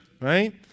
right